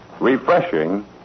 refreshing